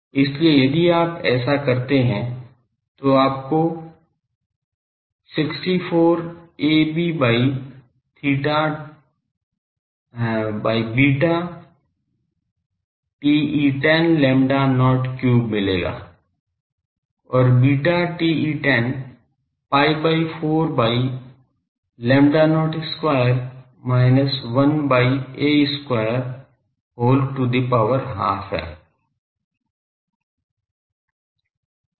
इसलिए यदि आप ऐसा करते हैं तो आपको 64 ab by beta TE10 lambda not cube मिलेगा और beta TE10 pi by 4 by lambda not square minus 1 by a square whole to the power half है